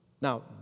Now